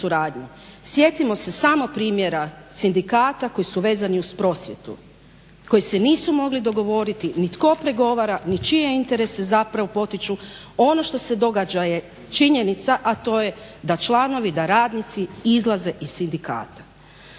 Sjetimo se samo primjera sindikata koji su vezani uz prosvjetu, koji se nisu mogli dogovoriti ni tko pregovara ni čije interese zapravo potiču. Ono što se događa je činjenica a to je da članovi da radnici izlaze iz sindikata.